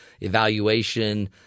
evaluation